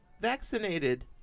vaccinated